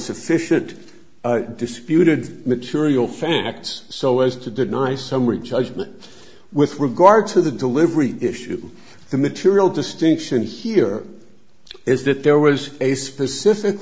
sufficient disputed material facts so as to deny summary judgment with regard to the delivery issue the material distinction here is that there was a specific